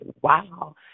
wow